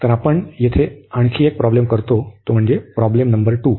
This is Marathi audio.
तर आपण येथे आणखी एक प्रॉब्लेम करतो तो म्हणजे प्रॉब्लेम नंबर 2